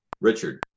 Richard